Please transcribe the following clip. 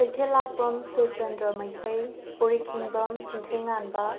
ꯀꯩꯊꯩꯜꯂꯥꯛꯄꯝ ꯁꯨꯔꯆꯟꯗ꯭ꯔ ꯃꯩꯇꯩ ꯎꯔꯤꯈꯤꯡꯕꯝ ꯆꯤꯡꯈꯩꯉꯥꯟꯕꯥ